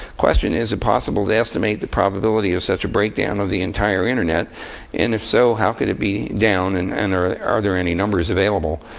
question, is it possible to estimate the probability of such a breakdown of the entire internet? and if so, how could it be down? and and are are there any numbers available?